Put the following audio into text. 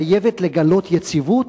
חייבת לגלות יציבות